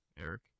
Eric